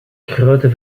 grote